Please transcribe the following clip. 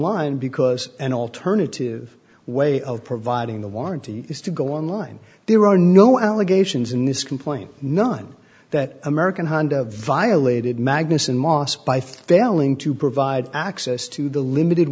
online because an alternative way of providing the warranty is to go on line there are no allegations in this complaint none that american honda violated magnusson moss by failing to provide access to the limited